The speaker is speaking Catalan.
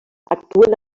actuen